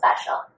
special